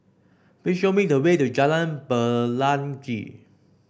please show me the way to Jalan Pelangi